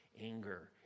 anger